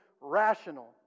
rational